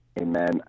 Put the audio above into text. Amen